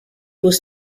was